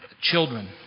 Children